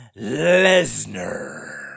Lesnar